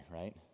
right